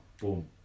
boom